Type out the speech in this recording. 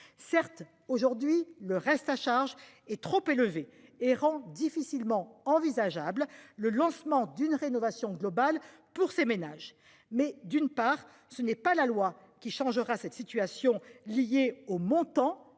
certes aujourd'hui le reste à charge est trop élevé et rend difficilement envisageable le lancement d'une rénovation globale pour ces ménages mais d'une part ce n'est pas la loi qui changera cette situation liée au montant